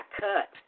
cut